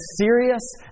serious